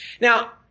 Now